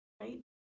right